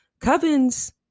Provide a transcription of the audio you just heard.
Covens